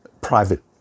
private